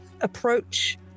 approach